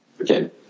Okay